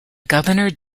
governor